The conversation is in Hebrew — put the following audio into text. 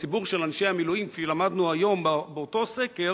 אנשי המילואים, כפי שלמדנו היום באותו סקר,